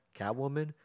Catwoman